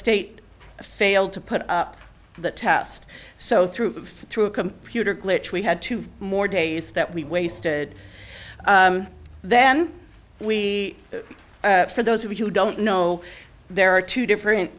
state failed to put up the test so through through a computer glitch we had two more days that we wasted then we for those who don't know there are two different